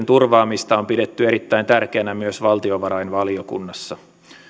turvaamista on pidetty erittäin tärkeänä myös valtiovarainvaliokunnassa